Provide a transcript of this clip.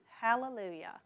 Hallelujah